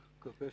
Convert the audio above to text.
תודה.